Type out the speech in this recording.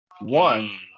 One